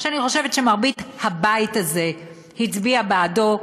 שאני חושבת שמרבית הבית הזה הצביע בעדו,